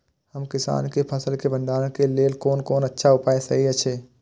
हम किसानके फसल के भंडारण के लेल कोन कोन अच्छा उपाय सहि अछि?